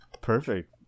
Perfect